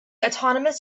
autonomous